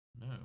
No